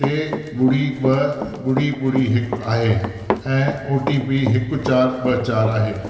टे ॿुड़ी ॿ ॿुड़ी ॿुड़ी हिकु आहे ऐं ओ टी पी हिकु चारि ॿ चारि आहे